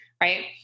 right